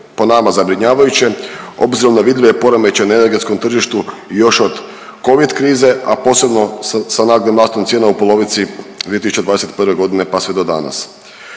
po nama zabrinjavajuće obzirom na vidljive poremećaje na energetskom tržištu još od Covid krize, a posebno sa naglim rastom cijena u polovici 2021. godine pa sve do danas.